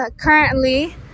currently